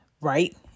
right